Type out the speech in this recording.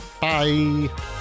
Bye